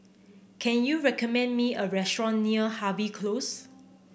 can you recommend me a restaurant near Harvey Close